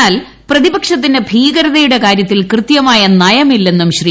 എന്നാൽ പ്രതിപക്ഷത്തിന് ഭീകരതയുടെ കാര്യത്തിൽ കൃത്യമായ നയമില്ലെന്നും ശ്രീ